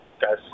guys